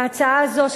ההצעה הזו,